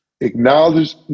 Acknowledge